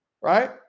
right